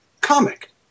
comic